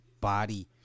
body